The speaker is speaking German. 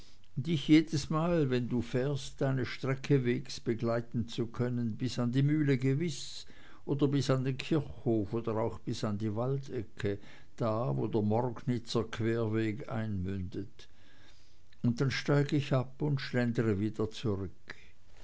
dich jedesmal wenn du fährst eine strecke wegs begleiten zu können bis an die mühle gewiß oder bis an den kirchhof oder auch bis an die waldecke da wo der morgnitzer querweg einmündet und dann steig ich ab und schlendere wieder zurück